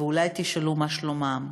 ואולי תשאלו מה שלומם.